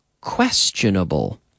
questionable